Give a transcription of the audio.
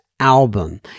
album